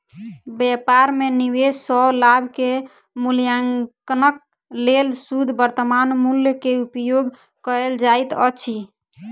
व्यापार में निवेश सॅ लाभ के मूल्याङकनक लेल शुद्ध वर्त्तमान मूल्य के उपयोग कयल जाइत अछि